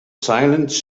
silence